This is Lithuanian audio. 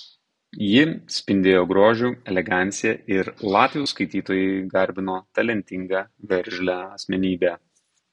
ji spindėjo grožiu elegancija ir latvių skaitytojai garbino talentingą veržlią asmenybę